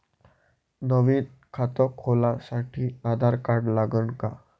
नवीन खात खोलासाठी आधार कार्ड लागन का?